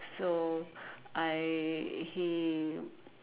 so I he